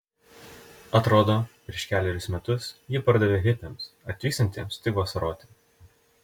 atrodo prieš kelerius metus jį pardavė hipiams atvykstantiems tik vasaroti